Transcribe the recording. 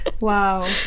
wow